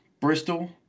Bristol